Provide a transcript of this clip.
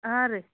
ಹಾಂ ರೀ